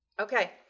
Okay